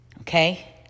okay